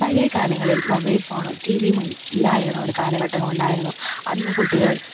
പഴയ കാലങ്ങളിൽ മൊബൈൽ ഫോണോ ടീ വീമി ഇല്ലായിരുന്ന ഒരു കാലഘട്ടമുണ്ടായിരുന്നു അന്ന് കുട്ടികൾ